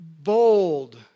bold